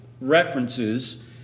references